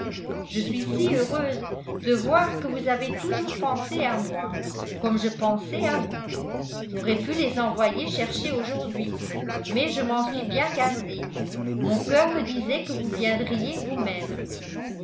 je suis si heureuse de voir que vous avez toujours pensé à moi comme je pensais à vous j'aurais pu les envoyer chercher aujourd'hui mais je m'en suis bien gardée mon coeur me disait que vous viendriez vousmême